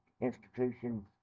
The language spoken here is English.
institutions